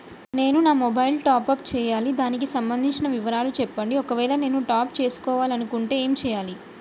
నేను నా mobile top up చేయాలి దానికి సంబంధించిన వివరాలు చెప్పండి ఒకవేళ నేను టాప్ చేసుకోవాలనుకుంటే ఏం చేయాలి?